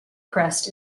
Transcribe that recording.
crest